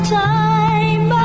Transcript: time